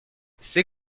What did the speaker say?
ces